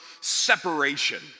separation